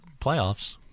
playoffs